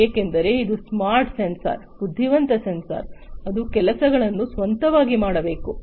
ಏಕೆಂದರೆ ಇದು smart sensor ಬುದ್ಧಿವಂತ ಸೆನ್ಸರ್ ಅದು ಕೆಲಸಗಳನ್ನು ಸ್ವಂತವಾಗಿ ಮಾಡಬೇಕು